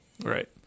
right